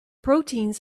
proteins